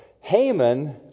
Haman